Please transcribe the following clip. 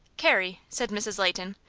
carrie, said mrs. leighton,